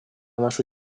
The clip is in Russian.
нашу